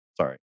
Sorry